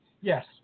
Yes